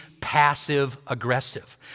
passive-aggressive